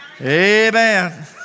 Amen